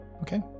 Okay